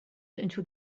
into